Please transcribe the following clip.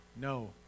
no